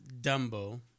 Dumbo